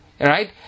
right